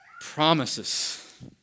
promises